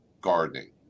gardening